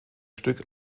stück